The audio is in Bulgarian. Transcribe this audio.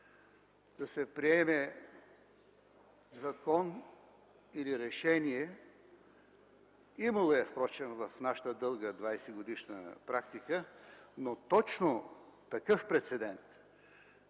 да се приеме закон или решение, имало е впрочем в нашата дълга 20-годишна практика, но точно такъв прецедент